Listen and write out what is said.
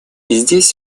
здесь